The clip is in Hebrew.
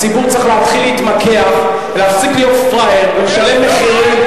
הציבור צריך להתחיל להתמקח ולהפסיק להיות פראייר ולשלם מחירים.